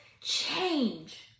change